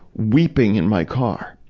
weeping in my car.